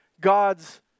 God's